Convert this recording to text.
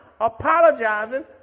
apologizing